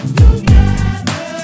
together